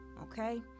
Okay